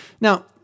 Now